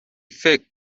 فکر